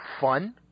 fun